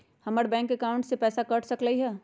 हमर bank account से पैसा कट सकलइ ह?